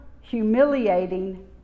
humiliating